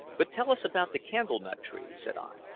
but tell us about the candle-nut tree, said i.